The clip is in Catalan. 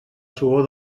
suor